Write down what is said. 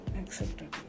accepted